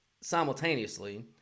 simultaneously